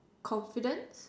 confidence